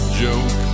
joke